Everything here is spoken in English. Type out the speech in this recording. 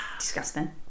Disgusting